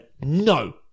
no